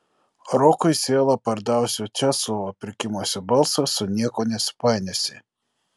rokui sielą pardavusio česlovo prikimusio balso su niekuo nesupainiosi